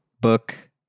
book